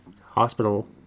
hospital